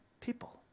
people